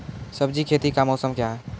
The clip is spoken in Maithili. सब्जी खेती का मौसम क्या हैं?